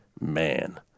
Man